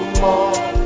more